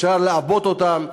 אפשר לעבות אותן,